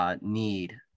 Need